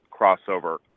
crossover